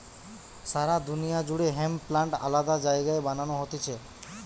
সারা দুনিয়া জুড়ে hemp plant আলাদা জায়গায় বানানো হতিছে